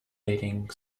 leading